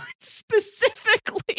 Specifically